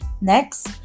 Next